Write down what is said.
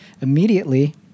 immediately